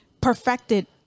perfected